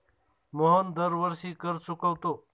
मोहन दरवर्षी कर चुकवतो